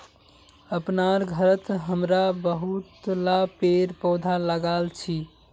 अपनार घरत हमरा बहुतला पेड़ पौधा लगाल छि